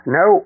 no